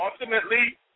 Ultimately